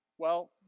well,